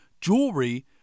jewelry